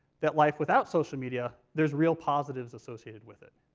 that life without social media there's real positives associated with it.